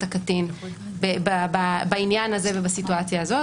הקטין בעניין הזה ובסיטואציה הזאת,